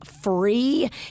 free